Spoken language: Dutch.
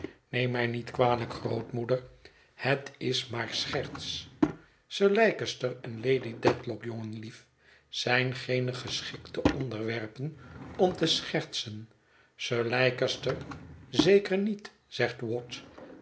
neem mij niet kwalijk grootmoeder het is maar scherts sir leicester en lady dedlock jongenlief zijn geene geschikte onderwerpen om te schertsen sir leicester zeker niet zegt